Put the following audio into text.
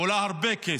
ועולה הרבה כסף.